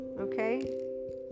okay